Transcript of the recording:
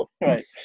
right